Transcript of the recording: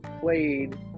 played